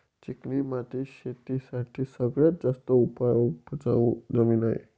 चिकणी माती शेती साठी सगळ्यात जास्त उपजाऊ जमीन आहे